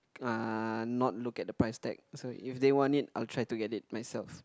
uh not look at the price tag so if they want it I'll try to get it myself